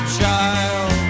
child